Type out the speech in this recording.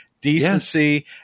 decency